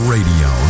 Radio